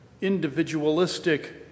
individualistic